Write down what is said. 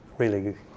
really